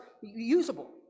usable